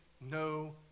no